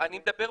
אלה הדברים,